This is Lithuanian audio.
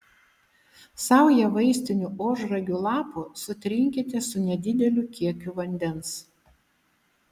saują vaistinių ožragių lapų sutrinkite su nedideliu kiekiu vandens